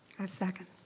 i second.